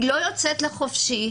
היא לא יוצאת לחופשי,